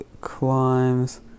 climbs